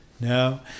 No